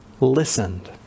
listened